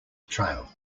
trail